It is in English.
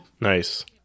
Nice